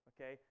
okay